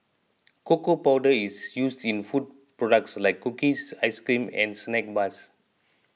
cocoa powder is used in food products like cookies ice cream and snack bars